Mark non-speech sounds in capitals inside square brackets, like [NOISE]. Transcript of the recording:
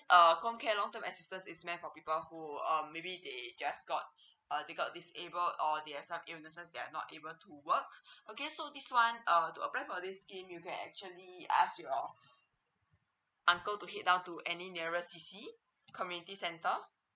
um comcare long term assistance is meant for people who um maybe they just got [BREATH] uh they got disable or there some illnesses they are not able to work [BREATH] okay so this one um to apply for this scheme you can actually ask your [BREATH] uncle to hit down to any nearest C_C community centre